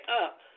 up